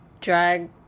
drag